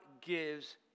gives